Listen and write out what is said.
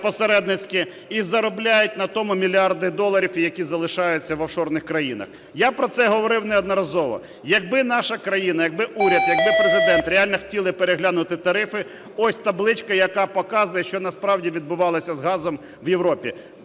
і заробляють на тому мільярди доларів, які залишаються в офшорних країнах. Я про це говорив неодноразово. Якби наша країна, якби уряд, якби Президент реально хотіли переглянути тарифи, ось табличка, яка показує, що насправді відбувалося з газом з Європі: